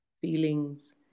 feelings